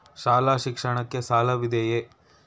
ಶಾಲಾ ಶಿಕ್ಷಣಕ್ಕೆ ಸಾಲವಿದೆಯೇ?